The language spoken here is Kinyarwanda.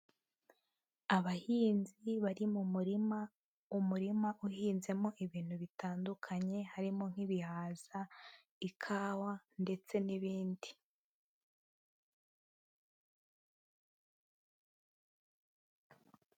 Abahinzi bari mu murima, umurima uhinzemo ibintu bitandukanye, harimo nk'ibihaza, ikawa ndetse n'ibindi.